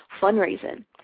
fundraising